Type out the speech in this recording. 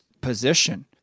position